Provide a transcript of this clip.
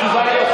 התשובה היא לא.